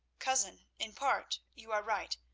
cousin, in part you are right,